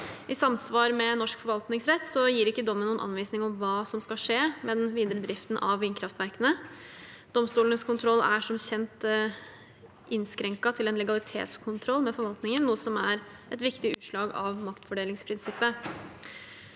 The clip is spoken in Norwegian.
I samsvar med norsk forvaltningsrett gir ikke dommen noen anvisning om hva som skal skje med den videre driften av vindkraftverkene. Domstolenes kontroll er som kjent innskrenket til en legalitetskontroll med forvaltningen, noe som er et viktig utslag av maktfordelingsprinsippet.